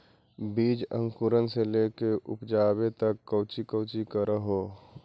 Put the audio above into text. बीज अंकुरण से लेकर उपजाबे तक कौची कौची कर हो?